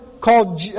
called